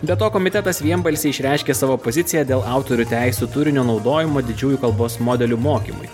be to komitetas vienbalsiai išreiškė savo poziciją dėl autorių teisių turinio naudojimo didžiųjų kalbos modelių mokymui